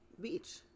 Beach